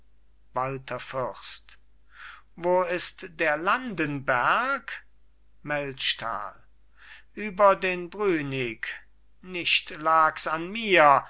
fürst wo ist der landenberg melchtal über den brünig nicht lag's an mir